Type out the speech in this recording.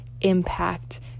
impact